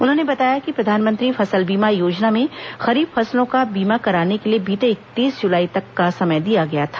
उन्होंने बताया कि प्रधानमंत्री फसल बीमा योजना में खरीफ फसलों का बीमा कराने के लिए बीते इकतीस जुलाई तक का समय दिया गया था